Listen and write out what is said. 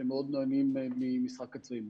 שמאוד נהנים ממשחק הצבעים.